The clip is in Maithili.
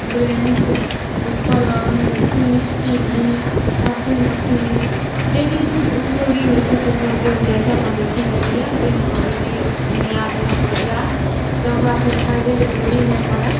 बेँच पलङ्ग fridge T V washing machine जे जे चीज उपयोगी होइ छै सेसब देल जाइ छै अपन बेटीकेलिए जे हमर बेटी नया जगहपर जाए तऽ ओकरा फेर खरिदैके जरूरी नहि पड़ै